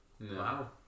wow